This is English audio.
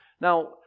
Now